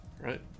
Right